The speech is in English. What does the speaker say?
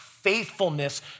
faithfulness